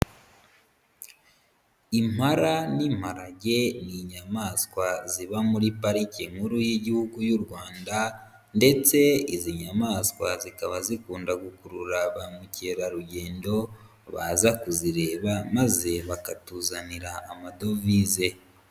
Impala n'imparage ni inyamaswa ziba muri parike nkuru y'Igihugu y'u Rwanda ndetse izi nyamaswa zikaba zikunda gukurura ba mukerarugendo, baza kuzireba maze bakatuzanira amadovize.